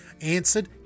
answered